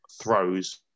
throws